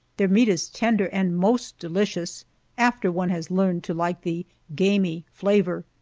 their meat is tender and most delicious after one has learned to like the gamey flavor.